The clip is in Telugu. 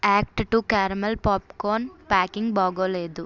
act two caramel popcorn packing బాగాలేదు